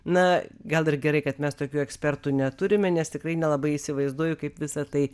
na gal ir gerai kad mes tokių ekspertų neturime nes tikrai nelabai įsivaizduoju kaip visa tai